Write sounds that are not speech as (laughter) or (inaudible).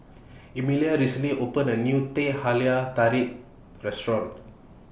(noise) Emelia recently opened A New Teh Halia Tarik Restaurant